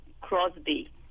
Crosby